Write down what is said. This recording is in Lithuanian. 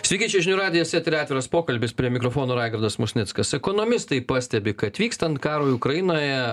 sveiki čia žinių radijas etery atviras pokalbis prie mikrofono raigardas musnickas ekonomistai pastebi kad vykstant karui ukrainoje